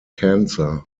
cancer